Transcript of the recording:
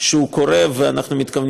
שהוא קורה, ואנחנו גם מתכוונים